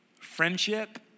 friendship